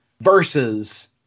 versus